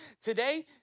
today